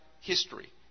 history